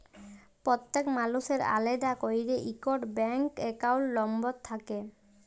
প্যত্তেক মালুসের আলেদা ক্যইরে ইকট ব্যাংক একাউল্ট লম্বর থ্যাকে